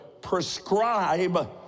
prescribe